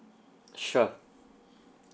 sure